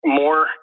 more